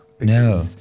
No